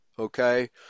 Okay